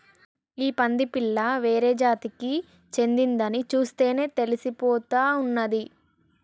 ఈ పంది పిల్ల వేరే జాతికి చెందిందని చూస్తేనే తెలిసిపోతా ఉన్నాది